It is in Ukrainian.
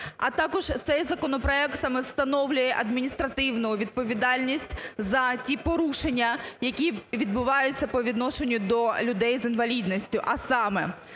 А також цей законопроект саме встановлює адміністративну відповідальність за ті порушення, які відбуваються по відношенню до людей з інвалідністю,